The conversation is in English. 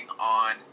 on